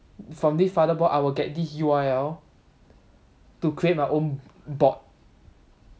from this father board I'll get this U_R_L to create my own bot